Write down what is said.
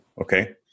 okay